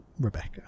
Rebecca